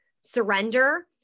surrender